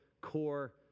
core